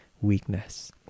weakness